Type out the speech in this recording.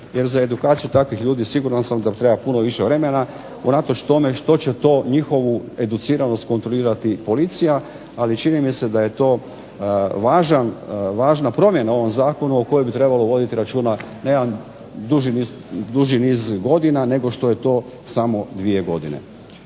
jer za edukaciju takvih ljudi siguran sam da treba puno više vremena, unatoč tome što će to njihovu educiranost kontrolirati policija, ali čini mi se da je to važna promjena u ovom zakonu o kojem bi trebalo voditi računa na jedan duži niz godina nego što je to samo dvije godine.